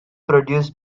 produced